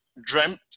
dreamt